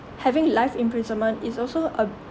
having life imprisonment is also a